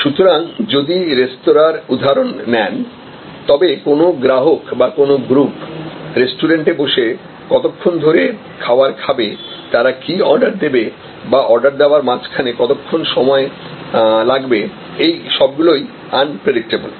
সুতরাং যদি রেস্তোঁরার উদাহরণ নেন তবে কোনও গ্রাহক বা কোন গ্রুপ রেস্টুরেন্টে বসে কতক্ষণ ধরে খাওয়ার খাবে তারা কি অর্ডার দেবে বা অর্ডার দেওয়ার মাঝখানে কতক্ষণ সময় লাগবে এই সবগুলোই আনপ্রেডিকটেবল